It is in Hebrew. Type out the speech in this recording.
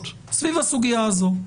בוואטסאפ שתי פניות סביב הסוגיה הזאת.